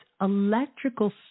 electrical